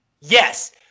Yes